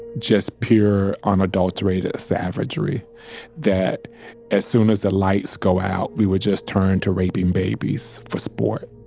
just pure, unadulterated savagery that as soon as the lights go out, we would just turn to raping babies for sport